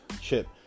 chip